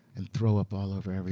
and throw up all over i mean